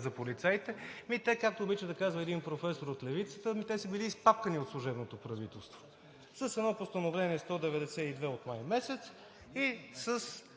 за полицаите. Ами, както обича да казва един професор от Левицата, те са били изпапкани от служебното правителство – с едно Постановление № 192 от месец май